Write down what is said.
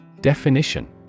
Definition